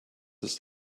ist